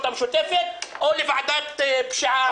המשותפת או לוועדה למאבק בפשיעה ובאלימות.